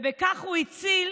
וכך הוא הציל,